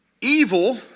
evil